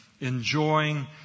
enjoying